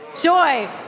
Joy